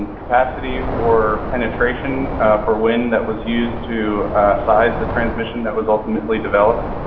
and capacity or penetration for wind that was used to size the transmission that was ultimately developed?